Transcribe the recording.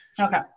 Okay